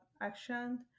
action